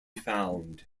found